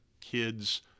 kids